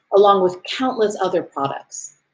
along with countless other products.